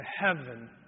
heaven